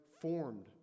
formed